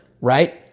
Right